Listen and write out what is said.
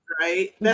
right